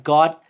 God